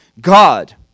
God